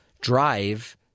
drive